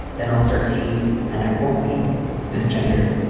then i'll start t and i won't be mis gendered.